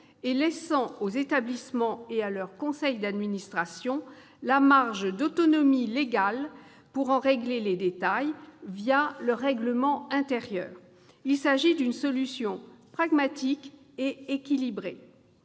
et laissant aux établissements et à leurs conseils d'administration la marge d'autonomie légale pour en régler les détails leur règlement intérieur. Il s'agit d'une solution pragmatique et équilibrée.